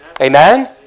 Amen